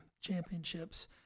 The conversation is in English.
championships